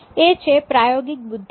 એ છે પ્રાયોગિક બુદ્ધિ